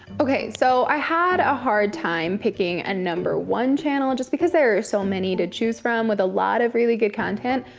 so i had a hard time picking a number one channel and just because there are so many to choose from, with a lot of really good content.